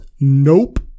nope